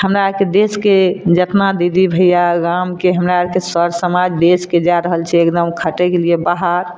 हमरा आरके देशके जेतना दीदी भैया गामके हमरा आरके सर समाज देशके जा रहल छै एकदम खटयके लिए बाहर